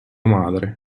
madre